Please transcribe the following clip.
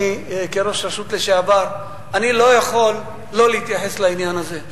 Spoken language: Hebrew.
כראש רשות לשעבר אני לא יכול שלא להתייחס לעניין הזה.